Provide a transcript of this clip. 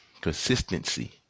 consistency